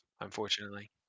unfortunately